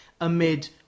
amid